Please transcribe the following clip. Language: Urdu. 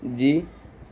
جی